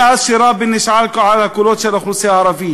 מאז שרבין נשען על הקולות של האוכלוסייה הערבית,